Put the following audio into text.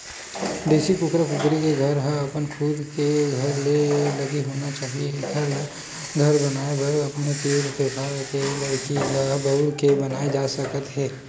देसी कुकरा कुकरी के घर ह अपन खुद के घर ले लगे होना चाही एखर घर बनाए बर अपने तीर तखार के लकड़ी ल बउर के बनाए जा सकत हे